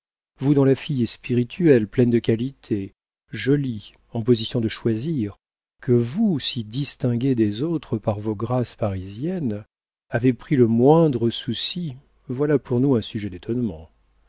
vous dont la fille est spirituelle pleine de qualités jolie en position de choisir que vous si distinguée des autres par vos grâces parisiennes ayez pris le moindre souci voilà pour nous un sujet d'étonnement